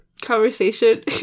conversation